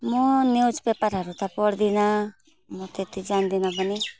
म न्युजपेपरहरू त पढ्दिनँ म त्यति जान्दिनँ पनि